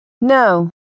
No